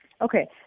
Okay